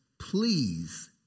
please